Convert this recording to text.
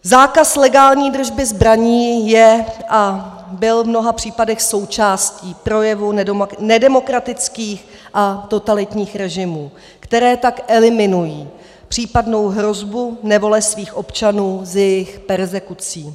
Zákaz legální držby zbraní je a byl v mnoha případech součástí projevu nedemokratických a totalitních režimů, které tak eliminují případnou hrozbu nevole svých občanů s jejich perzekucí.